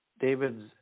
David's